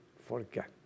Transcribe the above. forget